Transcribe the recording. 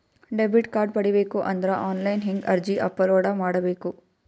Debit card ಪಡಿಬೇಕು ಅಂದ್ರ online ಹೆಂಗ್ ಅರ್ಜಿ ಅಪಲೊಡ ಮಾಡಬೇಕು?